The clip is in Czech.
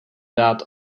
dát